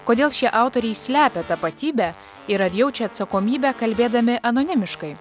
kodėl šie autoriai slepia tapatybę ir ar jaučia atsakomybę kalbėdami anonimiškai